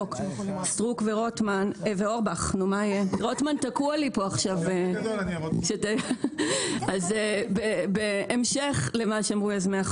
אך זאת תקנה שקובעת שכ-75% מבני המקום יתקבלו